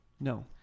no